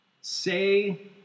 Say